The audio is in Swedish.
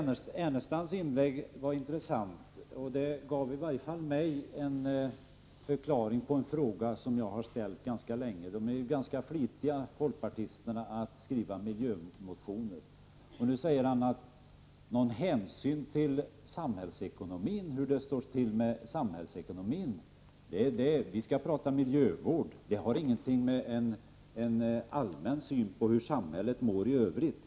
Lars Ernestams inlägg var intressant, och det gav mig förklaringen i en fråga som jag länge har ställt. Folkpartisterna är flitiga att skriva miljömotioner. Lars Ernestam säger nu att någon hänsyn till hur det står till med samhällsekonomin skall vi inte ta nu. Vi skall prata miljövård, som inte har någonting att göra med en allmän syn på hur samhället mår i övrigt.